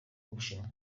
bushinwa